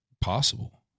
possible